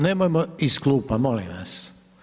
Nemojmo iz klupa molim vas.